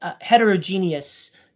heterogeneous